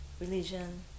religion